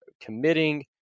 committing